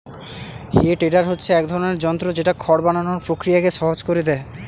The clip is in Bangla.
হে টেডার হচ্ছে এক ধরনের যন্ত্র যেটা খড় বানানোর প্রক্রিয়াকে সহজ করে দেয়